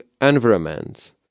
environment